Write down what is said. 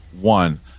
one